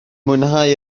mwynhau